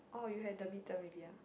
orh you have the midterm already ah